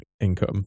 income